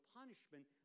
punishment